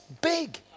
big